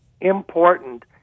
important